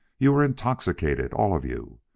you are intoxicated all of you!